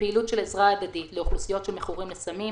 פעילות של עזרה הדדית לאוכלוסיות שמכורות לסמים,